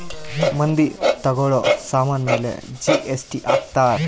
ಮಂದಿ ತಗೋಳೋ ಸಾಮನ್ ಮೇಲೆ ಜಿ.ಎಸ್.ಟಿ ಹಾಕ್ತಾರ್